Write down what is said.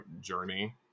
journey